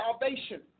salvation